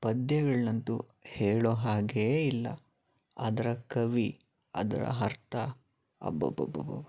ಪದ್ಯಗಳನ್ನಂತೂ ಹೇಳೋ ಹಾಗೇ ಇಲ್ಲ ಅದರ ಕವಿ ಅದರ ಅರ್ಥ ಅಬ್ಬಬ್ಬಬ್ಬಬ್ಬ